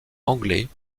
anglais